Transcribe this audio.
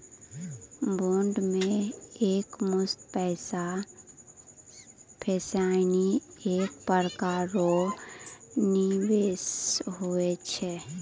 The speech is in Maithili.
बॉन्ड मे एकमुस्त पैसा फसैनाइ एक प्रकार रो निवेश हुवै छै